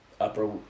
Upper